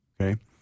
okay